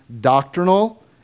doctrinal